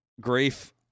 Grief